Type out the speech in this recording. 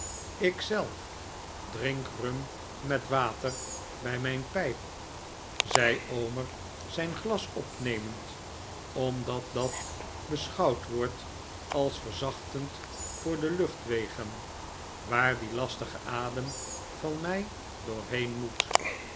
zelf drink rum met water bij mijn pijp zei omer zijn glas opnemend omdat dat beschouwd wordt als verzachtend voor de luchtwegen waar die lastige adem van mij doorheen moet